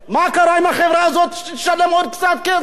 מה קרה אם החברה הזאת תשלם עוד קצת כסף?